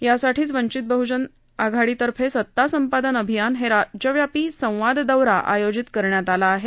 यासाठीच वंचित बहजन आघाडीतर्फे सता संपादन अभियान हे राज्यव्यापी संवाद दौरा आयोजित करण्यात आला आहे